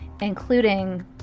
including